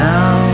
Now